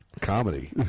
Comedy